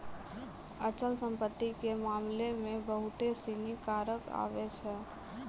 अचल संपत्ति के मामला मे बहुते सिनी कारक आबै छै